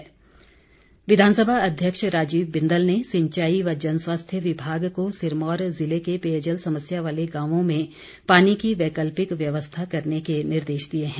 बिंदल विधानसभा अध्यक्ष राजीव बिंदल ने सिंचाई व जन स्वास्थ्य विभाग को सिरमौर जिले के पेयजल समस्या वाले गांवों में पानी की वैकल्पिक व्यवस्था करने के निर्देश दिए हैं